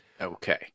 Okay